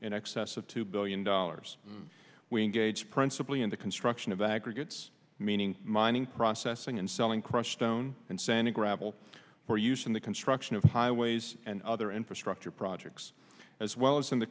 in excess of two billion dollars we engage principally in the construction of aggregates meaning mining processing and selling crushed stone and sand and gravel were used in the construction of highways and other infrastructure projects as well as in the